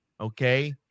Okay